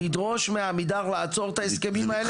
לדרוש מעמידר לעצור את ההסכמים האלה.